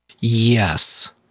yes